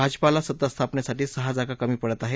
भाजपाला सत्तास्थापनेसाठी सहा जागा कमी पडत आहेत